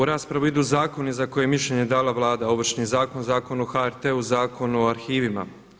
U raspravu idu zakoni za koje je mišljenje dala Vlada, Ovršni zakon, Zakon o HRT-u, Zakon o arhivima.